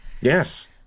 Yes